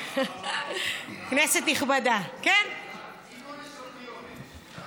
כנסת נכבדה, עם עונש או בלי עונש?